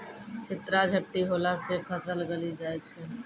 चित्रा झपटी होला से फसल गली जाय छै?